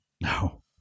No